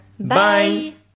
Bye